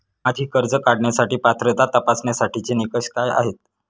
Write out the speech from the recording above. माझी कर्ज काढण्यासाठी पात्रता तपासण्यासाठीचे निकष काय आहेत?